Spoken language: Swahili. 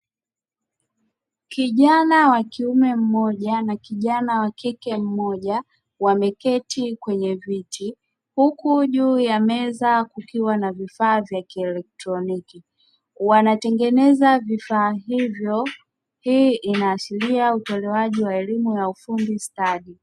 Kijana wa kiume mmoja na kijana wa kike mmoja wameketi kwenye viti huku juu ya meza kukiwa na vifaa vya kielektroniki. Wanatengeneza vifaa hivyo; hii inaashiria utolewaji wa elimu ya ufundi stadi.